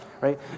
right